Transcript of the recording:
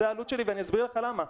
זאת העלות שלי ואני אסביר לך למה.